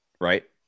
right